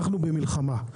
אנחנו במלחמה,